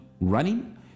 running